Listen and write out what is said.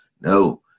no